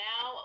Now